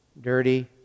dirty